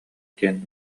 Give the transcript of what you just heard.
диэн